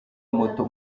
moto